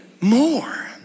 more